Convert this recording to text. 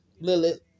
Lilith